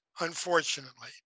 unfortunately